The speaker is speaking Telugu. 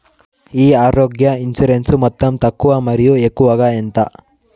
ఈ ఆరోగ్య ఇన్సూరెన్సు మొత్తం తక్కువ మరియు ఎక్కువగా ఎంత?